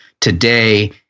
today